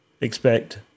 expect